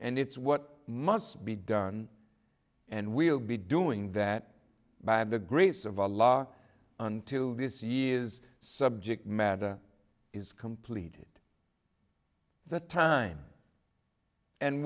and it's what must be done and we'll be doing that by the grace of allah unto this year's subject matter is completed the time and